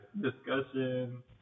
discussion